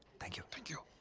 thank you. thank you.